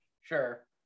sure